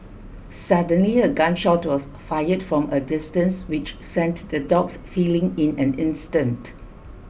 suddenly a gun shot was fired from a distance which sent the dogs fleeing in an instant